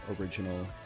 original